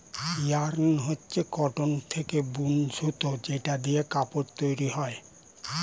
yarn হচ্ছে cotton থেকে বুন সুতো যেটা দিয়ে কাপড় তৈরী হয়